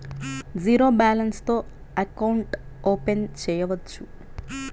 Zero balance తో account open చేయవచ్చు?